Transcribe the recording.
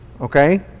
Okay